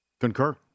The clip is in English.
Concur